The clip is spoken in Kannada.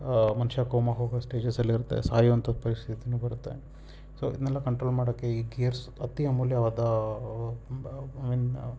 ಮನುಷ್ಯ ಕೋಮಾ ಹೋಗೋ ಸ್ಟೇಜಸಲ್ಲಿ ಇರುತ್ತೆ ಸಾಯೋ ಅಂತ ಪರಿಸ್ಥಿತಿನೂ ಬರುತ್ತೆ ಸೊ ಇದನ್ನೆಲ್ಲ ಕಂಟ್ರೋಲ್ ಮಾಡೋಕ್ಕೆ ಈ ಗೇರ್ಸ್ ಅತಿ ಅಮೂಲ್ಯವಾದ ಐ ಮೀನ್